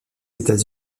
états